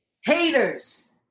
haters